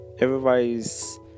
everybody's